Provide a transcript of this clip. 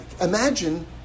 imagine